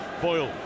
Boyle